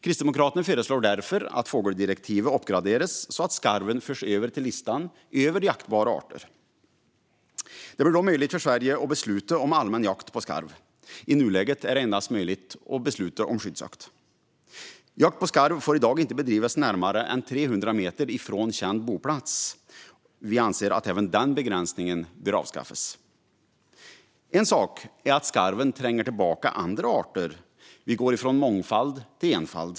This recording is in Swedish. Kristdemokraterna föreslår därför att fågeldirektivet ska uppgraderas så att skarven förs upp på listan över jaktbara arter. Då blir det möjligt för Sverige att besluta om allmän jakt på skarv. I nuläget är det endast möjligt att besluta om skyddsjakt. Jakt på skarv får i dag inte bedrivas närmare än 300 meter från känd boplats. Vi anser att även den begränsningen bör avskaffas. Skarven tränger tillbaka andra arter. Vi går från mångfald till enfald.